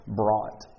brought